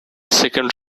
second